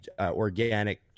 organic